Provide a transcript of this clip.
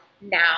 now